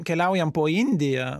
keliaujam po indiją